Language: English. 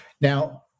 Now